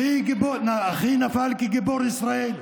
אחי גיבור, אחי נפל כגיבור ישראל.